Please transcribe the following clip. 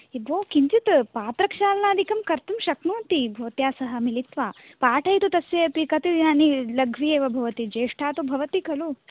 भोः किञ्चित् पात्रक्षालनादिकं कर्तुं शक्नुवन्ति भवत्या सह मिलित्वा पाठयतु तस्यै अपि कति दिनानि लघ्वी इव भवति ज्येष्ठा तु भवति खलु